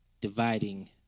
dividing